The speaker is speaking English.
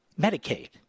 Medicaid